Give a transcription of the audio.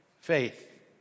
faith